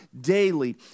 daily